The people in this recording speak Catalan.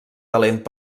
talent